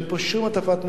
אין פה שום הטפת מוסר.